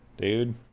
dude